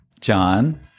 John